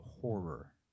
horror